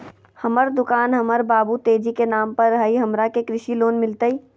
हमर दुकान हमर बाबु तेजी के नाम पर हई, हमरा के कृषि लोन मिलतई?